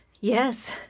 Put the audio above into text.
Yes